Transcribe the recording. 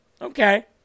Okay